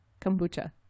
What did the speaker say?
Kombucha